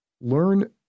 learn